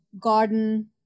garden